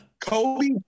kobe